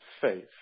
faith